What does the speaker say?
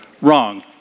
wrong